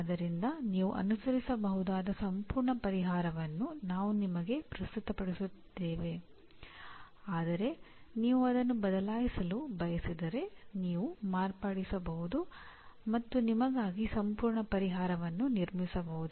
ಆದ್ದರಿಂದ ನೀವು ಅನುಸರಿಸಬಹುದಾದ ಸಂಪೂರ್ಣ ಪರಿಹಾರವನ್ನು ನಾವು ನಿಮಗೆ ಪ್ರಸ್ತುತಪಡಿಸುತ್ತಿದ್ದೇವೆ ಆದರೆ ನೀವು ಅದನ್ನು ಬದಲಾಯಿಸಲು ಬಯಸಿದರೆ ನೀವು ಮಾರ್ಪಡಿಸಬಹುದು ಮತ್ತು ನಿಮಗಾಗಿ ಸಂಪೂರ್ಣ ಪರಿಹಾರವನ್ನು ನಿರ್ಮಿಸಬಹುದು